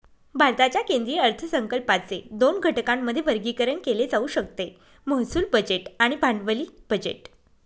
भारताच्या केंद्रीय अर्थसंकल्पाचे दोन घटकांमध्ये वर्गीकरण केले जाऊ शकते महसूल बजेट आणि भांडवली बजेट